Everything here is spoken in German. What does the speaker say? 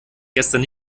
gestern